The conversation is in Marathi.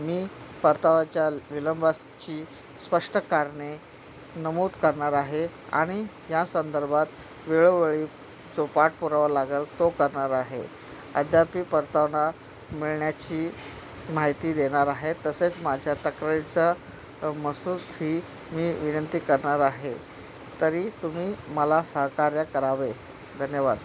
मी परताव्याच्या विलंबाची स्पष्ट कारणे नमूद करणार आहे आणि या संदर्भात वेळोवेळी जो पाठपुरावा लागेल तो करणार आहे अद्यापी परतावा न मिळण्याची माहिती देणार आहे तसेच माझ्या तक्रारीचा मसूदा ही मी विनंती करणार आहे तरी तुम्ही मला सहकार्य करावे धन्यवाद